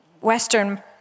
Western